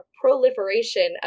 proliferation